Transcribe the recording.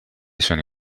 sono